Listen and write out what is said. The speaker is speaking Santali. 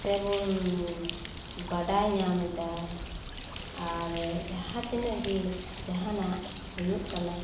ᱥᱮᱵᱚᱱ ᱵᱟᱰᱟᱭ ᱧᱟᱢ ᱮᱫᱟ ᱟᱨ ᱡᱟᱦᱟᱸ ᱛᱤᱱᱟᱹᱜ ᱜᱮ ᱡᱟᱦᱟᱱᱟᱜ ᱦᱩᱭᱩᱜ ᱠᱟᱱᱟ